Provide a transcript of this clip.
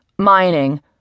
Mining